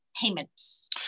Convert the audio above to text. Payments